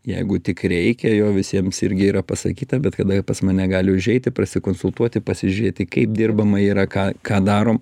jeigu tik reikia jo visiems irgi yra pasakyta bet kada pas mane gali užeiti prasikonsultuoti pasižiūrėti kaip dirbama yra ką ką darom